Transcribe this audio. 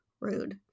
Rude